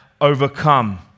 overcome